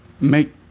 make